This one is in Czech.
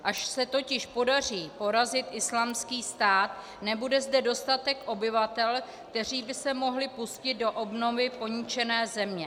Až se totiž podaří porazit Islámský stát, nebude zde dostatek obyvatel, kteří by se mohli pustit do obnovy poničené země.